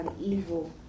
evil